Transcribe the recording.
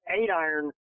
eight-iron